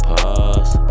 Pause